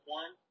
one